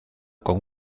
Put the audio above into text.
con